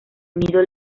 unido